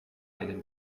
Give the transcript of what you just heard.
einen